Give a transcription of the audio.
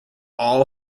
all